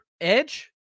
edge